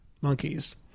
monkeys